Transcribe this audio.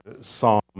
Psalm